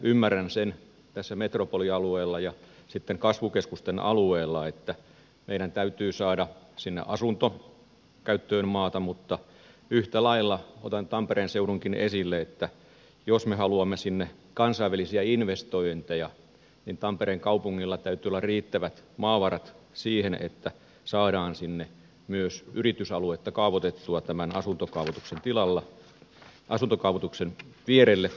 ymmärrän tässä metropolialueella ja kasvukeskusten alueella sen että meidän täytyy saada sinne asuntokäyttöön maata mutta yhtä lailla otan tampereen seudunkin esille että jos me haluamme sinne kansainvälisiä investointeja niin tampereen kaupungilla täytyy olla riittävät maavarat siihen että saadaan sinne myös yritysaluetta kaavoitettua tämän asuntokaavoituksen vierelle